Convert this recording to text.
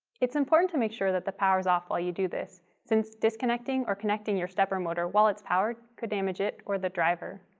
it's important to make sure that the power is off while you do this since disconnecting or connecting your stepper motor while it's powered could damage it or the driver.